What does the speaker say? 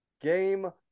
Game